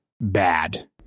bad